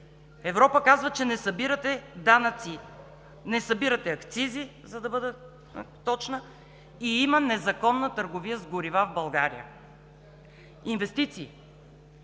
Европа казва: „не събирате данъци, не събирате акцизи – за да бъда точна, - и има незаконна търговия с горива в България“. Инвестиции.